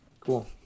Cool